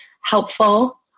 helpful